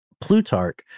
Plutarch